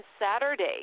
Saturday